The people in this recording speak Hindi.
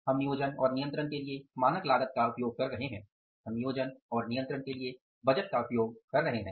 हम नियोजन और नियंत्रण के लिए मानक लागत का उपयोग कर रहे हैं हम नियोजन और नियंत्रण के लिए बजट का उपयोग कर रहे हैं